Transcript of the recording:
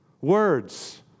Words